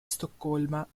stoccolma